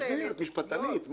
תסבירי, את משפטנית.